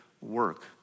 work